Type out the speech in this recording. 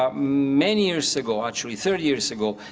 um many years ago, actually thirty years ago,